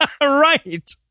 Right